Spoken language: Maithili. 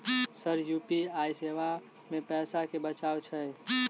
सर यु.पी.आई सेवा मे पैसा केँ बचाब छैय?